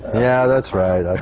yeah, that's right, that's